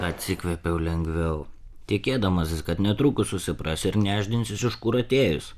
atsikvėpiau lengviau tikėdamasis kad netrukus susipras ir nešdinsis iš kur atėjus